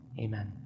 Amen